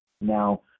Now